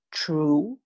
true